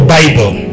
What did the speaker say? bible